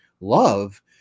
love